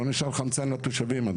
לא נשאר חמצן לתושבים.